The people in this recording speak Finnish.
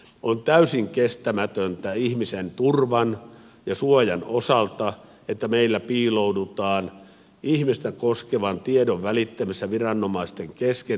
on täysin kestämätöntä ihmisen turvan ja suojan osalta että meillä piiloudutaan ihmistä koskevassa tiedonvälittämisessä viranomaisten kesken tietosuojalainsäädännön taakse